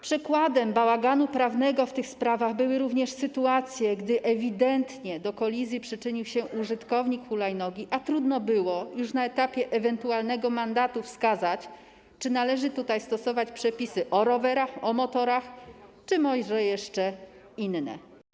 Przykładem bałaganu prawnego w tych sprawach były również sytuacje, gdy ewidentnie do kolizji przyczynił się użytkownik hulajnogi, a trudno było już na etapie ewentualnego mandatu wskazać, czy należy tutaj stosować przepisy o rowerach, o motorach czy może jeszcze inne.